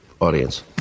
audience